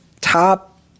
top